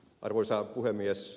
arvoisa puhemies